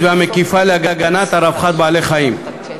והמקיפה להגנה על רווחת בעלי-החיים.